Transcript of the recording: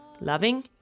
loving